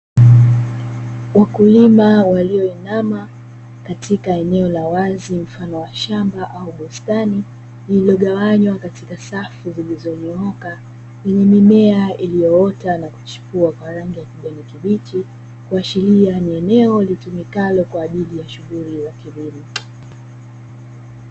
Wakulima walioinama katika eneo la wazi mfano wa shamba au bustani lililogawanywa katika safu zilizonyooka, ili mimea iliyoota na kuchipua kwa rangi ya kijani kibichi kuashiria ni eneo litumikalo kwa ajili ya shughuli ya kilimo.